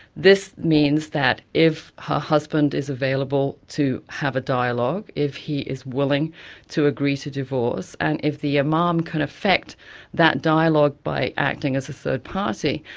this means that if her husband is available to have a dialogue, if he is willing to agree to divorce, and if the imam um um can affect that dialogue by acting as a third party,